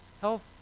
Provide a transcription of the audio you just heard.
health